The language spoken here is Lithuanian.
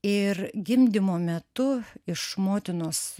ir gimdymo metu iš motinos